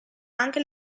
anche